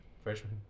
Freshman